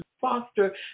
foster